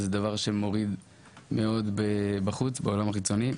זה דבר שמוריד מאוד בעולם החיצוני.